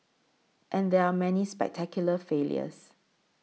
and there are many spectacular failures